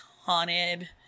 haunted